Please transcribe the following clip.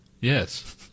Yes